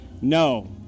no